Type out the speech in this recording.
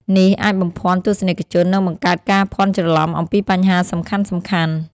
នេះអាចបំភាន់ទស្សនិកជន និងបង្កើតការភ័ន្តច្រឡំអំពីបញ្ហាសំខាន់ៗ។